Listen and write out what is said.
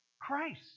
Christ